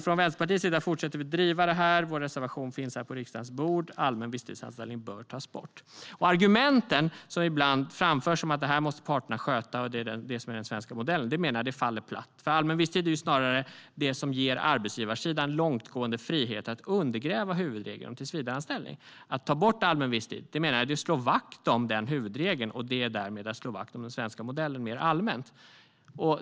Från Vänsterpartiets sida fortsätter vi att driva det här. Vår reservation finns på riksdagens bord. Allmän visstidsanställning bör tas bort. Argumenten som ibland framförs om att parterna måste sköta det här och att det är det som är den svenska modellen faller platt. Allmän visstid är snarare det som ger arbetsgivarsidan långtgående friheter att undergräva huvudregeln om tillsvidareanställning. Att ta bort allmän visstid slår vakt om den huvudregeln. Det är därmed att slå vakt om den svenska modellen mer allmänt.